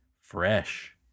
Fresh